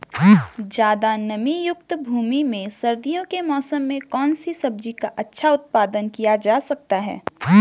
ज़्यादा नमीयुक्त भूमि में सर्दियों के मौसम में कौन सी सब्जी का अच्छा उत्पादन किया जा सकता है?